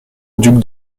duc